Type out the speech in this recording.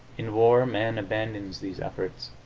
in war man abandons these efforts,